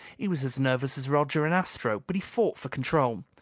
he was as nervous as roger and astro, but he fought for control.